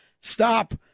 stop